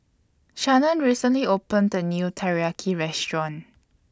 Shannen recently opened A New Teriyaki Restaurant